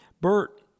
Bert